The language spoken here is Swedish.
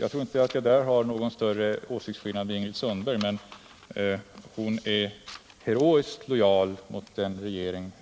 Jag tror inte att det råder någon större åsiktskillnad mellan mig och Ingrid Sundberg i det avseendet, men hon är heroiskt lojal mot den regering